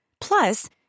Plus